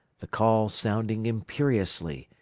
the call sounding imperiously,